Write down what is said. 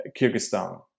Kyrgyzstan